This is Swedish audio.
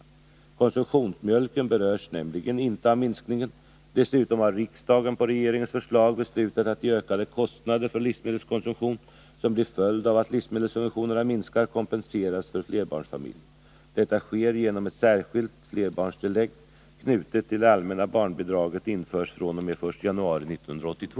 Konsumtionsmjölken berörs nämligen inte av minskningen. Dessutom har riksdagen på regeringens förslag beslutat att de ökade kostnader för livsmedelskonsumtion som blir följden av att livsmedelssubventionerna minskar kompenseras för flerbarnsfamiljer. Detta sker genom att ett särskilt flerbarnstillägg knutet till det allmänna barnbidraget införs fr.o.m. den I januari 1982.